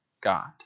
God